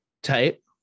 Type